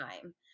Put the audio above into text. time